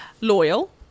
Loyal